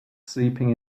sleeping